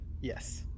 Yes